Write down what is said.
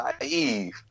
naive